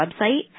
website